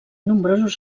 nombrosos